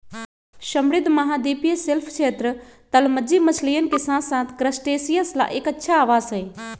समृद्ध महाद्वीपीय शेल्फ क्षेत्र, तलमज्जी मछलियन के साथसाथ क्रस्टेशियंस ला एक अच्छा आवास हई